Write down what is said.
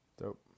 dope